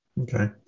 Okay